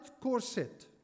corset